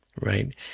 right